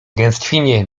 gęstwinie